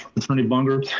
attorney bungert.